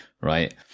right